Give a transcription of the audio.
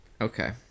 Okay